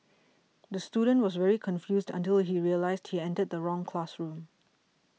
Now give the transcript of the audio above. the student was very confused until he realised he entered the wrong classroom